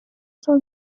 سال